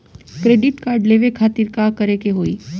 Credit card लेवे खातिर का करे के होई?